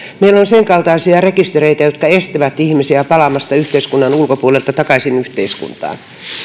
meillä on senkaltaisia rekistereitä jotka estävät ihmisiä palaamasta yhteiskunnan ulkopuolelta takaisin yhteiskuntaan